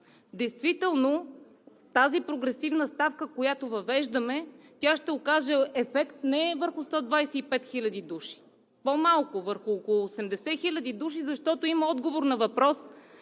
Действително с тази прогресивна ставка, която въвеждаме, ще се окаже ефект не върху 125 хиляди души, а по-малко – върху 80 хил. души. Има отговор на въпроса